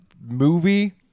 movie